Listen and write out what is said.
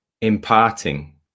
imparting